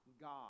God